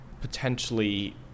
potentially